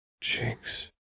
Jinx